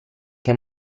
che